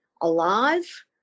alive